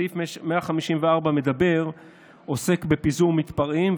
סעיף 154 עוסק בפיזור מתפרעים,